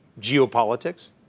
geopolitics